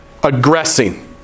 aggressing